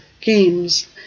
games